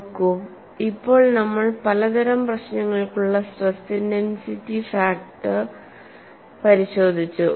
നോക്കൂ ഇപ്പോൾ നമ്മൾ പലതരം പ്രശ്നങ്ങൾക്കുള്ള സ്ട്രെസ് ഇന്റൻസിറ്റി ഫാക്ടർ പരിശോധിച്ചു